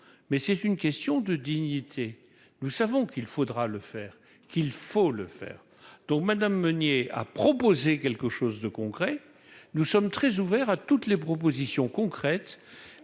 mais c'est une question de dignité, nous savons qu'il faudra le faire qu'il faut le faire, donc Madame Menier a proposé quelque chose de concret, nous sommes très ouverts à toutes les propositions concrètes,